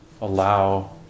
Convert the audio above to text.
allow